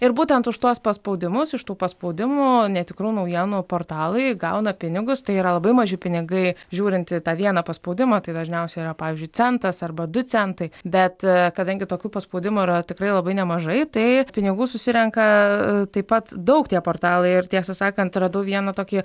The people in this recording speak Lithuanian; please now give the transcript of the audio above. ir būtent už tuos paspaudimus iš tų paspaudimų netikrų naujienų portalai gauna pinigus tai yra labai maži pinigai žiūrint į tą vieną paspaudimą tai dažniausiai yra pavyzdžiui centas arba du centai bet kadangi tokių paspaudimų yra tikrai labai nemažai tai pinigų susirenka taip pat daug tie portalai ir tiesą sakant radau vieną tokį